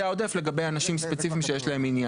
העודף לגבי אנשים ספציפיים שיש בהם עניין.